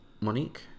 monique